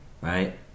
right